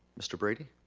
mr. brady?